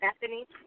Bethany